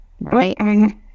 right